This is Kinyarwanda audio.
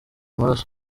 amaraso